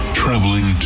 traveling